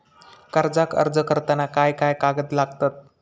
कर्जाक अर्ज करताना काय काय कागद लागतत?